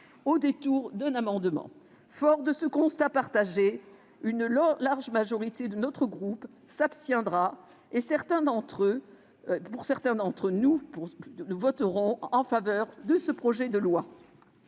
au détour d'un amendement. Forts de ce constat partagé, une large majorité de notre groupe s'abstiendra et certains d'entre nous voteront en faveur de ce projet de loi.